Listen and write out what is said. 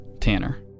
Tanner